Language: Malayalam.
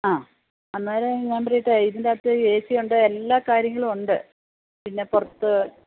ആ അന്നേരം ഞാൻ പറയട്ടെ ഇതിൻ്റെ അകത്ത് എ സി ഉണ്ട് എല്ലാ കാര്യങ്ങളും ഉണ്ട് പിന്നെ പുറത്ത്